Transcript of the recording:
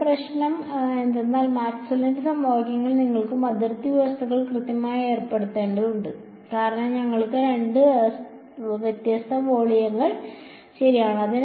ഇവിടെ പ്രശ്നം എന്തെന്നാൽ മാക്സ്വെല്ലിന്റെ സമവാക്യങ്ങൾ നിങ്ങൾക്കും അതിർത്തി വ്യവസ്ഥകൾ കൃത്യമായി ഏർപ്പെടുത്തേണ്ടതുണ്ട് കാരണം നിങ്ങൾക്ക് രണ്ട് വ്യത്യസ്ത വോള്യങ്ങൾ ശരിയാണ്